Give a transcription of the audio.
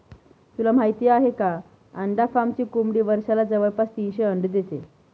तुला माहित आहे का? अंडा फार्मची कोंबडी वर्षाला जवळपास तीनशे अंडी देते